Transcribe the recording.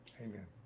Amen